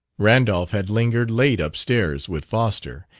randolph had lingered late upstairs with foster,